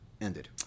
ended